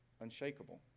unshakable